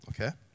Okay